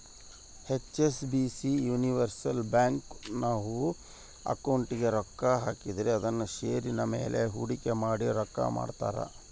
HSBC universal bank, ನಾವು ಅಕೌಂಟಿಗೆ ರೊಕ್ಕ ಹಾಕಿದ್ರ ಅದುನ್ನ ಷೇರಿನ ಮೇಲೆ ಹೂಡಿಕೆ ಮಾಡಿ ರೊಕ್ಕ ಮಾಡ್ತಾರ